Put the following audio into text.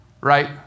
right